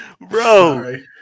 Bro